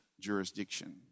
jurisdiction